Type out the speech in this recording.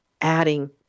adding